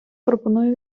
пропоную